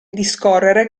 discorrere